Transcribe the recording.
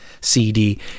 CD